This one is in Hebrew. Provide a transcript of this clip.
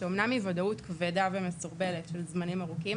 שאמנם היא ודאות כבדה ומסורבלת של זמנים ארוכים,